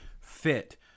fit